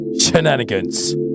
shenanigans